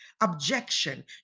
objection